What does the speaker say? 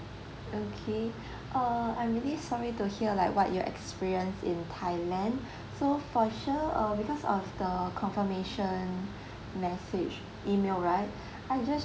okay uh I'm really sorry to hear like what you experience in thailand so for sure uh because of the confirmation message email right I just